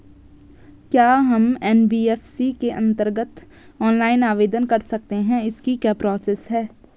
क्या हम एन.बी.एफ.सी के अन्तर्गत ऑनलाइन आवेदन कर सकते हैं इसकी क्या प्रोसेस है?